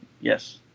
yes